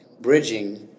bridging